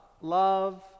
love